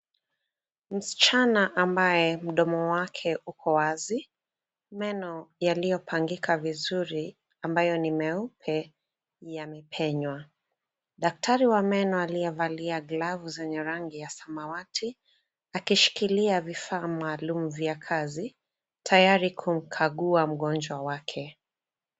Msichana ambaye mdomo wake uko wazi. Meno yaliyopangika vizuri ambayo ni meupe yamepenywa. Daktari wa meno aliyevalia glavu zenye rangi ya samawati, akishikilia vifaa maalum vya kazi tayari kumkagua mgonjwa wake.